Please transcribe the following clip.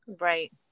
Right